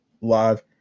live